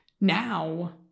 Now